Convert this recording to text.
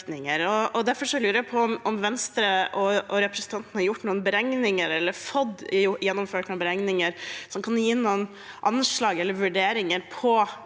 Derfor lurer jeg på om Venstre og representanten Rotevatn har gjort noen beregninger eller fått gjennomført noen beregninger som kan gi noen anslag for eller vurderinger av